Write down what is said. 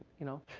you know,